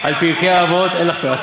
על פרקי אבות, לא.